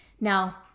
Now